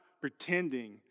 pretending